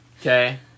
Okay